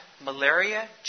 Malaria